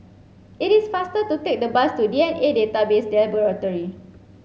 it is faster to take the bus to D N A Database Laboratory